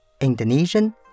Indonesian